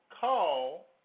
call